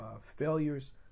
failures